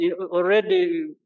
already